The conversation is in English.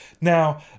Now